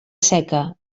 seca